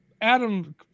Adam